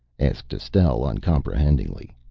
asked estelle uncomprehendingly.